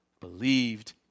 Believed